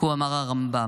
כה אמר הרמב"ם.